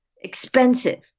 expensive